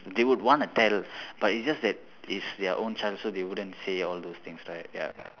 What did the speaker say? they would want to tell but it's just that it's their own child so they wouldn't say all those things right ya